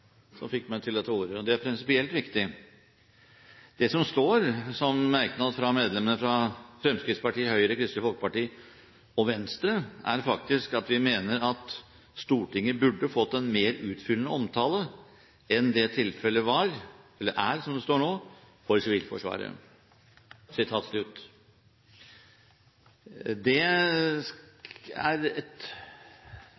så man kunne latt det være. Men det var representanten Kolbergs forsøk på å gi Stortingets opposisjon en manuduksjon i informasjonsplikten som fikk meg til å ta ordet, og det er prinsipielt viktig. Det som står som merknad fra medlemmene fra Fremskrittspartiet, Høyre, Kristelig Folkeparti og Venstre, er faktisk at de mener at Stortinget «burde fått en mer utfyllende omtale enn det tilfellet er